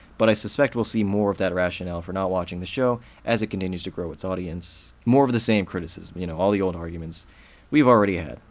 but i suspect we'll see more of that rationale for not watching the show as it continues to grow its audience. more of the same criticisms, you know, all the old arguments we've all already had.